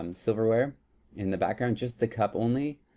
um silverware in the background, just the cup only.